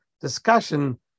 discussion